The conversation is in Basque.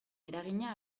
eragina